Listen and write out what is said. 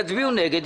יצביעו נגד,